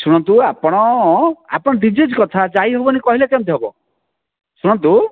ଶୁଣନ୍ତୁ ଆପଣ ଆପଣ ଡ଼ିଜିଜ୍ କଥା ଯାଇହେବନି କହିଲେ କେମିତି ହେବ ଶୁଣନ୍ତୁ